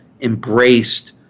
embraced